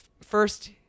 first